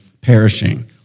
perishing